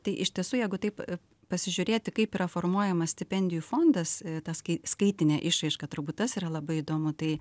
tai iš tiesų jeigu taip pasižiūrėti kaip yra formuojamas stipendijų fondas ta skai skaitinė išraiška turbūt tas yra labai įdomu tai